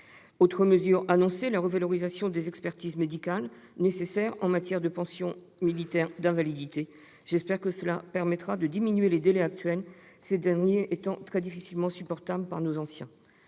Autre mesure annoncée, la revalorisation des expertises médicales nécessaires en vue de l'attribution de pensions militaires d'invalidité : j'espère que cela permettra de réduire les délais actuels, très difficilement supportables pour nos anciens.